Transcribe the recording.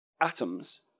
atoms